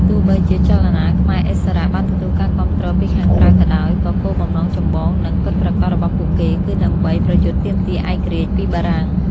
ទោះបីជា ចលនាខ្មែរឥស្សរៈ បានទទួលការគាំទ្រពីខាងក្រៅក៏ដោយ ក៏ គោលបំណងចម្បង និងពិតប្រាកដរបស់ពួកគេ គឺដើម្បី ប្រយុទ្ធទាមទារឯករាជ្យពីបារាំង។